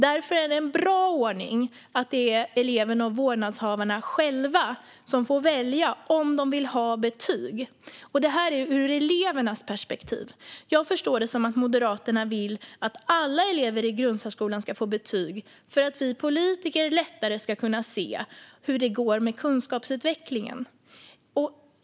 Därför är det en bra ordning att eleverna och vårdnadshavarna själva får välja om de vill ha betyg. Jag ser detta ur elevernas perspektiv. Jag förstår det som att Moderaterna vill att alla elever i grundsärskolan ska få betyg för att vi politiker lättare ska kunna se hur det går med kunskapsutvecklingen.